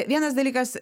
vienas dalykas